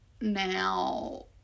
now